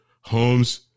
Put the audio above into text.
homes